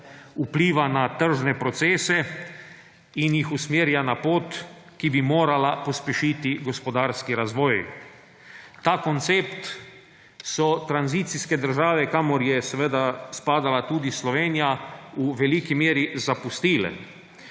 vpliva na tržne procese in jih usmerja na pot, ki bi morala pospešiti gospodarski razvoj. Ta koncept so tranzicijske države, kamor je seveda spadala tudi Slovenija, v veliki meri zapustile.